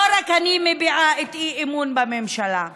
לא רק אני מביעה אי-אמון בממשלה.